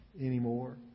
anymore